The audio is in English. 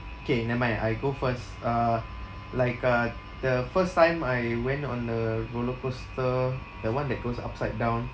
K never mind I go first uh like uh the first time I went on a roller coaster the one that goes upside down